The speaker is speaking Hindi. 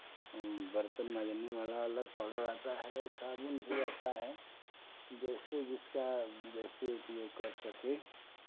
बर्तन माँजने वाला अलग पाउडर आता है और साबुन भी आता है जैसे जिसका जैसे उपयोग कर सके